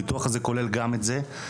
הביטוח הזה כולל גם את זה.